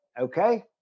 okay